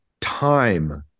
time